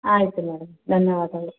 ಆಯಿತು ಮೇಡಮ್ ಧನ್ಯವಾದಗಳು